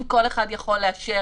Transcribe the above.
אם כל אחד יכול לאשר,